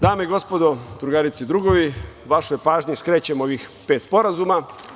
Dame i gospodo, drugarice i drugovi, vašoj pažnji skrećem ovih pet sporazuma.